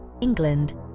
England